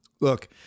look